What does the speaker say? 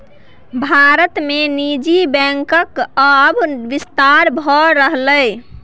भारत मे निजी बैंकक आब बिस्तार भए रहलैए